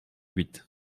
huit